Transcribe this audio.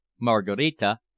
Margarita